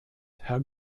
herr